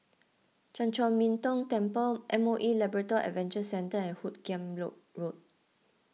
Chan Chor Min Tong Temple M O E Labrador Adventure Centre and Hoot Kiam Road Road